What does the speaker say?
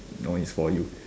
noise for you